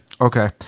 Okay